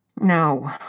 No